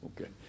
Okay